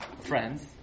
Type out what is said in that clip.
friends